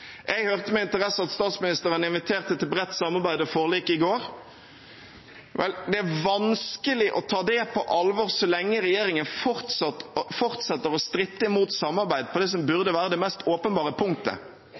Jeg hørte med interesse at statsministeren inviterte til bredt samarbeid og forlik i går. Vel, det er vanskelig å ta det på alvor så lenge regjeringen fortsetter å stritte imot samarbeid på det som